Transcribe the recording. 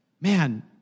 man